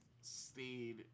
stayed